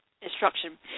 instruction